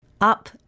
Up